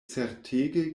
certege